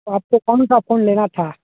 आपको कौनसा फ़ोन लेना था